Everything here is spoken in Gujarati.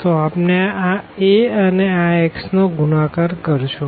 તો આપણે આ Aઅને આ x નો ગુણાકાર કરશું